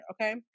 okay